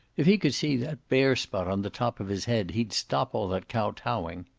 if he could see that bare spot on the top of his head he'd stop all that kow-towing.